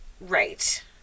Right